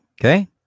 Okay